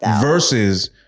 Versus